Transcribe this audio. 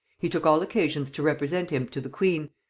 he took all occasions to represent him to the queen,